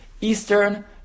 eastern